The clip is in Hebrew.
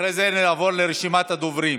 אחרי זה נעבור לרשימת הדוברים.